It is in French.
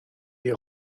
des